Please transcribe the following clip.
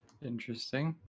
Interesting